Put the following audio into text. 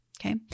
Okay